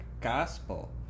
Gospel